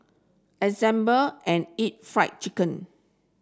assemble and eat fried chicken